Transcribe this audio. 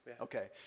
Okay